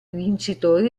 vincitori